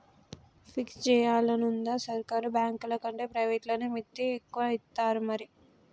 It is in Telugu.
ఫిక్స్ జేయాలనుందా, సర్కారు బాంకులకంటే ప్రైవేట్లనే మిత్తి ఎక్కువిత్తరు మరి